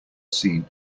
seen